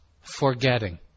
forgetting